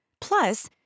Plus